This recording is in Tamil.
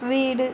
வீடு